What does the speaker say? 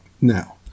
Now